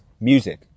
music